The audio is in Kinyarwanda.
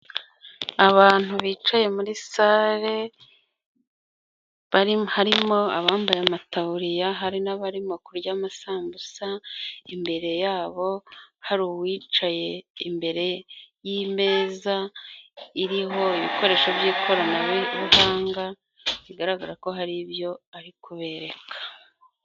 Abantu bicaye muri sale, harimo abambaye amataburiya hari n'abarimo kurya amasambusa, imbere yabo hari uwicaye imbere y'imeza, iriho ibikoresho by'ikoranabuhanga, bigaragara ko hari ibyo ari kubereka.